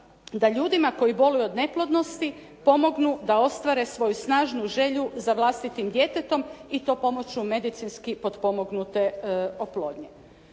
da ljudima koji boluju od neplodnosti pomognu da ostvare svoju snažnu želju za vlastitim djetetom i to pomoću medicinski potpomognute oplodnje.